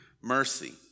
mercy